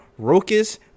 Rokas